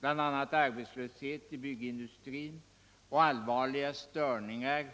bl.a. arbetslöshet i byggnadsindustrin och allvarliga störningar